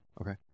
okay